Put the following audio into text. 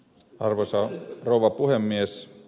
arvoisa rouva puhemies